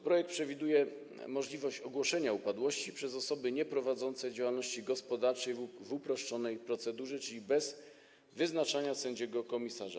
Projekt przewiduje możliwość ogłoszenia upadłości przez osoby nieprowadzące działalności gospodarczej w uproszczonej procedurze, czyli bez wyznaczania sędziego komisarza.